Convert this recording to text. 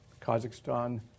Kazakhstan